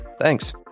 Thanks